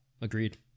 agreed